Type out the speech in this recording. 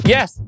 Yes